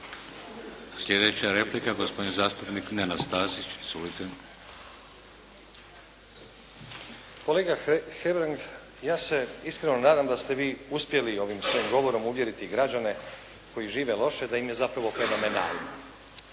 Sljedeća replika, gospodin zastupnik Nenad Stazić. Izvolite. **Stazić, Nenad (SDP)** Kolega Hebrang, ja se iskreno nadam da ste vi uspjeli ovim svojim govorom uvjeriti građane koji žive loše, da im je zapravo fenomenalno,